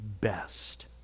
best